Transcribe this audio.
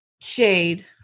shade